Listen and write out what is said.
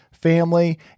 family